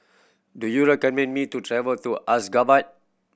do you recommend me to travel to Ashgabat